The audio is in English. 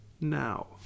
now